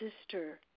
sister